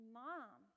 mom